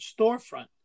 storefront